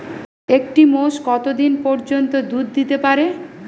একটি মোষ কত দিন পর্যন্ত দুধ দিতে পারে?